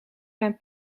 zijn